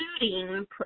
including